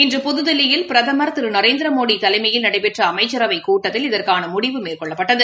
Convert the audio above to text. இன்று புதுதில்லியில் பிரதம் திரு நரேந்திரமோடிதலைமையில் நடைபெற்றஅமைச்சரவைக் கூட்டத்தில் இதற்கானமுடிவு மேற்கொள்ளப்பட்டது